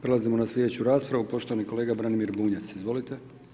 Prelazimo na slijedeću raspravu, poštovani kolega Branimir Bunjac, izvolite.